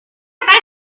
romper